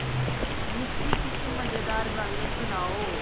मिगी किश मजेदार गल्ल सनाओ